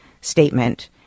statement